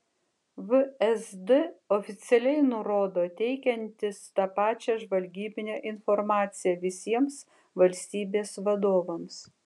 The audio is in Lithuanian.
vsd oficialiai nurodo teikiantis tą pačią žvalgybinę informaciją visiems valstybės vadovams